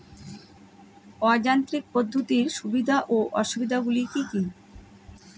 অযান্ত্রিক পদ্ধতির সুবিধা ও অসুবিধা গুলি কি কি?